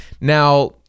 Now